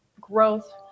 growth